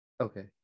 Okay